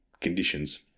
conditions